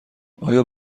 آیا